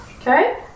Okay